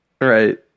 Right